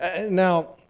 Now